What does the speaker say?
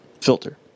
filter